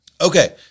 Okay